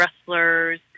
wrestlers